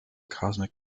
cosmic